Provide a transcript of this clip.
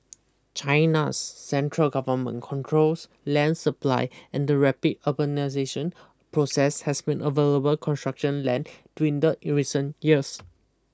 China's central government controls land supply and the rapid urbanisation process has been available construction land dwindle in recent years